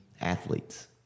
athletes